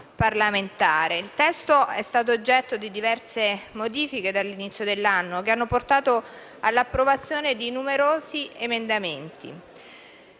Il testo è stato oggetto di diverse modifiche dall'inizio dell'anno che hanno portato all'approvazione di numerosi emendamenti.